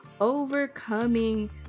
overcoming